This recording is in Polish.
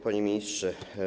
Panie Ministrze!